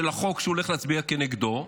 שהוא הולך להצביע כנגדו.